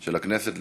של הכנסת?